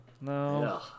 No